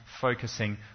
focusing